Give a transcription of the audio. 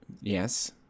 Yes